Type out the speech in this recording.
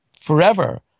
forever